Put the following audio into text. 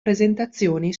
presentazioni